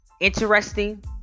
interesting